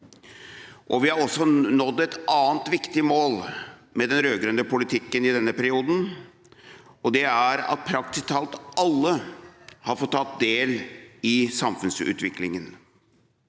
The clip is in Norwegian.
Vi har også nådd et annet viktig mål med den rødgrønne politikken i denne perioden, og det er at praktisk talt alle har fått tatt del i samfunnsutviklingen.